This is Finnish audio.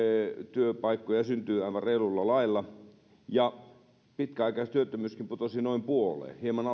työpaikkoja syntyi aivan reilulla lailla pitkäaikaistyöttömyyskin putosi noin puoleen hieman